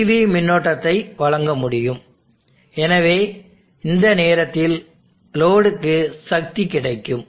PV மின்னோட்டத்தை வழங்க முடியும் எனவே இந்த நேரத்தில் லோடுக்கு சக்தி கிடைக்கும்